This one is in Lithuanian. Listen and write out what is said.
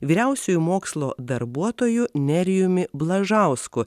vyriausiuoju mokslo darbuotoju nerijumi blažausku